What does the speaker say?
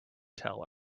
tell